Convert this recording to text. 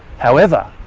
however,